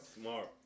Smart